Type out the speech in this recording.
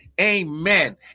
amen